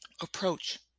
approach